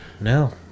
No